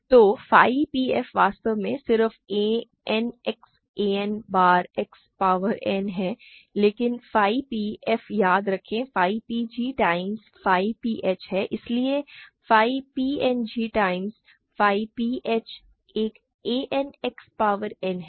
तो phi p f वास्तव में सिर्फ a n X a n बार X पावर n है लेकिन phi p f याद रखें phi p g times phi p h है इसलिए phi p n g times phi p h एक a n X power n है